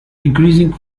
increasing